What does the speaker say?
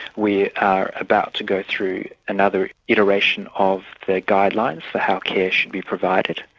we are about to go through another iteration of the guidelines for how care should be provided.